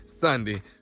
Sunday